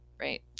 right